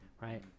right